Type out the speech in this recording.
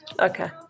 Okay